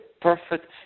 perfect